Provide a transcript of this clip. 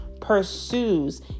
pursues